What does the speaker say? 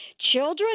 Children